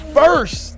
first